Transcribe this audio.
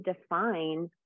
define